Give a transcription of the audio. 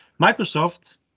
microsoft